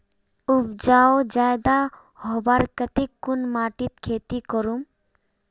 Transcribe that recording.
उपजाऊ ज्यादा होबार केते कुन माटित खेती करूम?